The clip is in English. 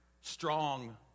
strong